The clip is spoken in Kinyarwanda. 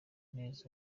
neza